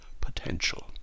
potential